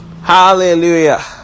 Hallelujah